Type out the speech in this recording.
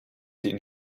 den